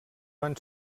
van